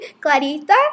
Clarita